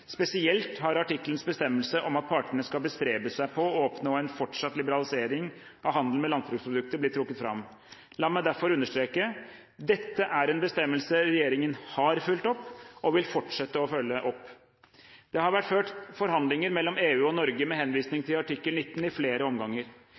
Spesielt har artikkelens bestemmelse om at partene skal bestrebe seg på å oppnå en fortsatt liberalisering av handelen med landbruksprodukter, blitt trukket fram. La meg derfor understreke: Dette er en bestemmelse regjeringen har fulgt opp og vil fortsette å følge opp. Det har vært ført forhandlinger mellom EU og Norge med henvisning